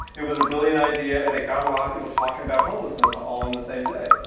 it was a brilliant idea, and it got a lot of people talking about homelessness all on the same day.